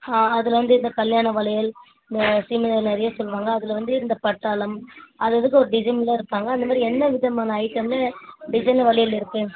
ஆ அதில் வந்து இந்த கல்யாண வளையல் இந்த சீமை நிறைய சொல்லுவாங்க அதில் வந்து இந்த பட்டாளம் அது அதுக்கு ஒரு டிசைனில் எடுப்பாங்கள் அந்தமாதிரி எந்தவிதமான ஐட்டம் டிசைன் வளையல் இருக்குது